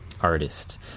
artist